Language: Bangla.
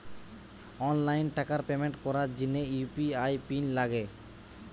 অনলাইন টাকার পেমেন্ট করার জিনে ইউ.পি.আই পিন লাগে